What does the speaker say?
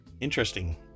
interesting